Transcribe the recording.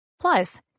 Plus